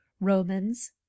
Romans